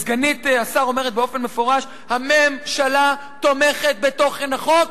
סגנית השר אומרת באופן מפורש: "הממשלה תומכת בתוכן החוק",